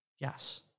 Yes